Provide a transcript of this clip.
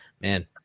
man